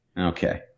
okay